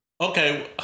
Okay